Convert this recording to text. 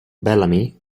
bellamy